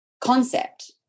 concept